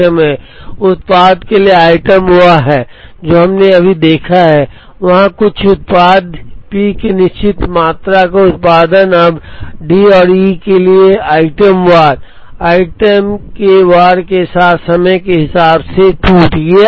उत्पाद के लिए आइटम वह है जो हमने अभी देखा है जहां कुछ उत्पाद पी की निश्चित मात्रा का उत्पादन अब डी और ई के लिए आइटम वार आइटम वार के साथ साथ समय के हिसाब से टूट गया है